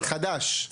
חדש.